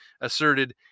asserted